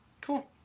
cool